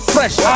Fresh